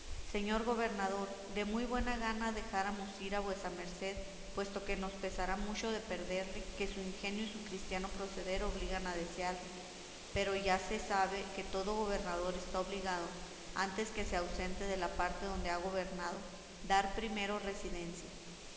señor gobernador de muy buena gana dejáramos ir a vuesa merced puesto que nos pesará mucho de perderle que su ingenio y su cristiano proceder obligan a desearle pero ya se sabe que todo gobernador está obligado antes que se ausente de la parte donde ha gobernado dar primero residencia